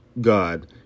God